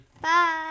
Bye